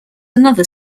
another